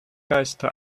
geiste